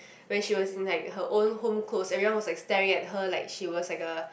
when she was in like her own home clothes everyone was staring at her like she was like a